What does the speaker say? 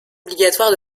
obligatoire